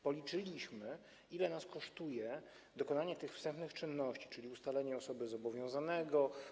Policzyliśmy, ile nas kosztuje dokonywanie tych wstępnych czynności, np. ustalenie osoby zobowiązanego.